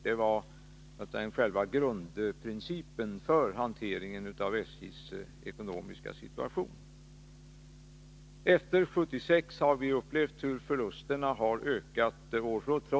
Det var själva grundprincipen för hanteringen av SJ:s ekonomiska situation. Efter 1976 har vi upplevt hur förlusterna har ökat.